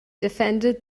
defended